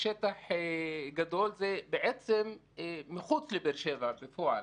שטח גדול, שהוא מחוץ לבאר שבע בפועל.